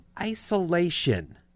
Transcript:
isolation